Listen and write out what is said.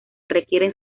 requieren